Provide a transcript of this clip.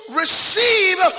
receive